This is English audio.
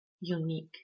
unique